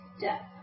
death